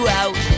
out